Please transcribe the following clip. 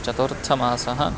चतुर्थमासः